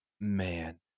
man